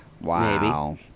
Wow